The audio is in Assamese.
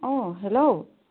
অঁ হেল্ল'